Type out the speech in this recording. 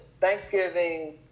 Thanksgiving